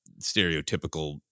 stereotypical